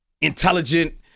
intelligent